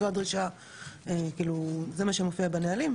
זו הדרישה של מה שמופיע בנהלים,